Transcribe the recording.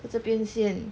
这边先